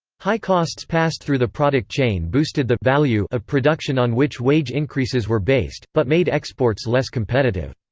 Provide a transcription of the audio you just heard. high costs passed through the product chain boosted the value of production on which wage increases were based, but made exports less competitive.